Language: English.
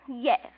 Yes